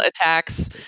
attacks